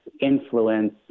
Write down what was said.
influence